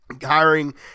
hiring